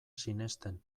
sinesten